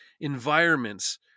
environments